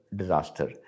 disaster